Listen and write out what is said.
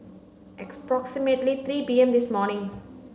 approximately three P M this morning